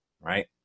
right